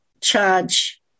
charge